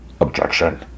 Objection